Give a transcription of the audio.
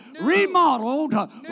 remodeled